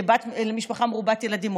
כבת למשפחה מרובת ילדים,